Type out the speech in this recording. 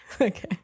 Okay